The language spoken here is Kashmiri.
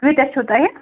کۭتیاہ چھُو تۄہہِ